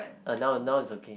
uh now now is okay